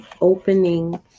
opening